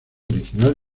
original